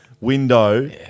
window